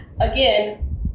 again